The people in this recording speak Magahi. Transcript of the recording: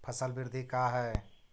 फसल वृद्धि का है?